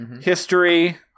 history